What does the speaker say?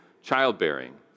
childbearing